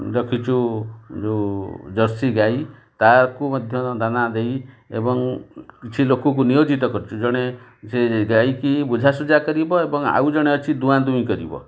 ରଖିଚୁ ଯେଉଁ ଜର୍ସି ଗାଈ ତାକୁ ମଧ୍ୟ ଦାନା ଦେଇ ଏବଂ କିଛି ଲୋକକୁ ନିୟୋଜିତ କରିଛୁ ଜଣେ ସେ ଗାଈ କି ବୁଝାସୁଝା କରିବ ଏବଂ ଆଉ ଜଣେ ଅଛି ଦୁହାଁଦୁହିଁ କରିବ